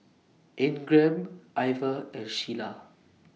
Ingram Iver and Shiela